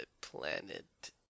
planet